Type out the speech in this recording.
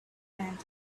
and